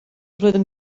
flwyddyn